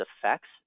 effects